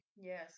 Yes